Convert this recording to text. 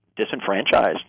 disenfranchised